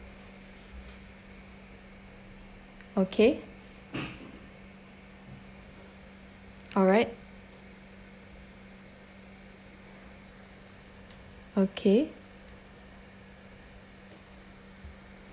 okay alright okay